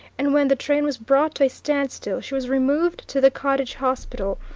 and when the train was brought to a standstill she was removed to the cottage hospital,